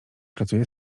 pracuje